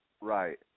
Right